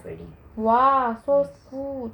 !wah! so cool